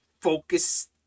focus